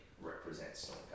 represents